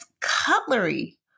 cutlery